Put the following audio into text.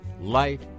light